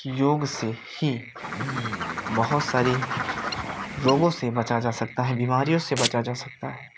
कि योग से ही बहुत सारी रोग से बचा जा सकता है बीमारियों से बचा जा सकता है